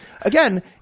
Again